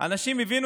אנשים הבינו